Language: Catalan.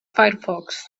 firefox